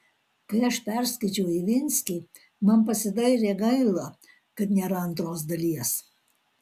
kai aš perskaičiau ivinskį man pasidarė gaila kad nėra antros dalies